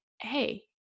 hey